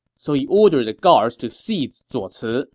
so he ordered the guards to seize zuo ci,